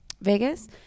Vegas